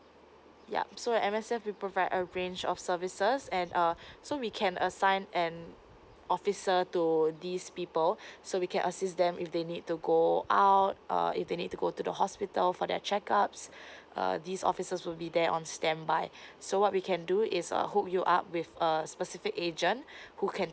yup so M_S_F we provide a range of services and uh so we can assign an officer to these people so we can assist them if they need to go out uh if they need to go to the hospital for their check ups err this officers will be there on standby so what we can do is err hook you up with a specific agent who can